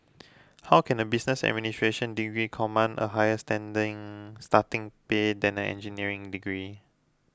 how can a business administration degree command a higher standing starting pay than an engineering degree